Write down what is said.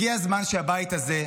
הגיע הזמן שהבית הזה,